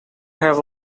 have